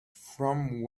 from